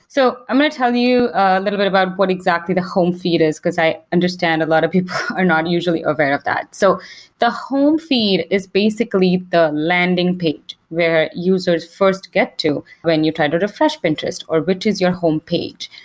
so i'm going to tell you a little bit about what exactly the home feed is, because i understand a lot of people are not usually aware of that. so the home feed is basically the landing page where users first get to when you try to refresh pinterest, or which is your homepage,